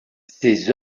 ses